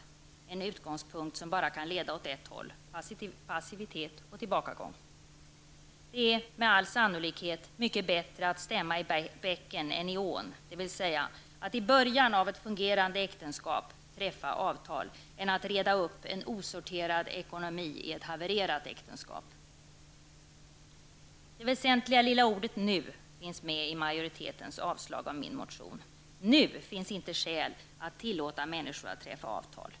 Det är en utgångspunkt som bara kan leda åt ett håll: passivitet och tillbakagång. Det är med all sannolikhet mycket bättre att stämma i bäcken än i ån, dvs. att i början av ett fungerande äktenskap träffa avtal än att reda upp en osorterad ekonomi i ett havererat äktenskap. Det väsentliga lilla ordet nu finns med i majoritetens yrkande om avslag på min motion. Nu finns det inte skäl att tillåta människor att träffa avtal.